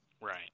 Right